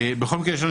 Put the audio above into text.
בכל מקרה,